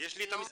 יש לי את המסמך.